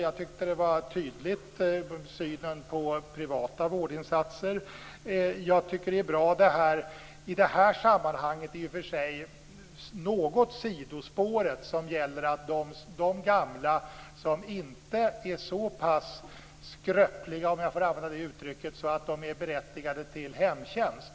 Jag tycker att synen på privata vårdinsatser var tydlig. Jag tycker i det här sammanhanget att det i och för sig är något av ett sidospår när det gäller de gamla som inte är så pass skröpliga, om jag får använda uttrycket, att de är berättigade till hemtjänst.